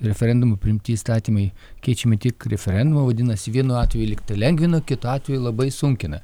referendumu priimti įstatymai keičiami tik referendumu vadinasi vienu atveju lygtai lengvina kitu atveju labai sunkina